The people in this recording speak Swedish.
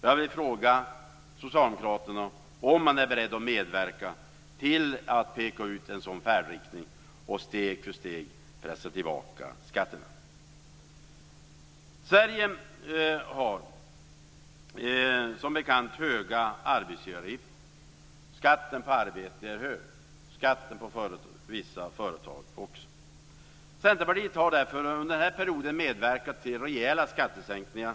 Jag vill fråga Socialdemokraterna om man är beredd att medverka till att peka ut en sådan färdriktning och steg för steg pressa tillbaka skatterna. Sverige har som bekant höga arbetsgivaravgifter. Skatten på arbete är hög. Det gäller också skatten på vissa företag. Centerpartiet har därför under perioden medverkat till rejäla skattesänkningar.